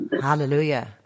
Hallelujah